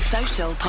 Social